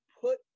put